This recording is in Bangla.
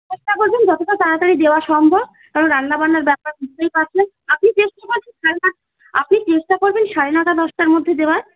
চেষ্টা করবেন যতটা তাড়াতাড়ি দেওয়া সম্ভব কারণ রান্নাবান্নার ব্যাপার বুঝতেই পারছেন আপনি চেষ্টা করবেন সাড়ে নটা আপনি চেষ্টা করবেন সাড়ে নটা দশটার মধ্যে দেওয়ার